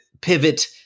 Pivot